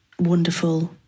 wonderful